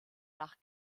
nach